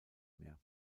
mehr